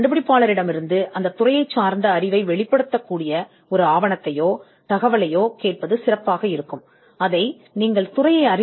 புலத்தில் உள்ள அறிவை வெளிப்படுத்தும் ஒரு ஆவணம் அல்லது ஒரு தகவலை நீங்கள் கண்டுபிடிப்பாளரிடம் கேட்கலாம்